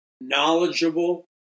knowledgeable